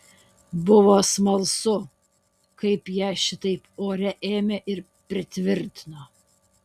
buvo smalsu kaip ją šitaip ore ėmė ir pritvirtino